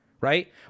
right